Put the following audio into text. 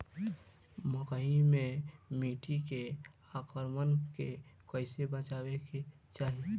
मकई मे टिड्डी के आक्रमण से कइसे बचावे के चाही?